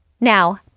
Now